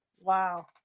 Wow